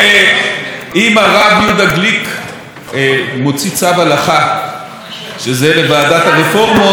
אם הרב יהודה גליק מוציא צו הלכה שזה לוועדת הרפורמות,